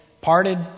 parted